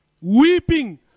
weeping